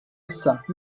issa